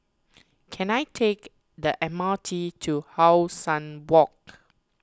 can I take the M R T to How Sun Walk